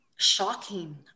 Shocking